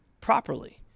properly